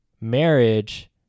marriage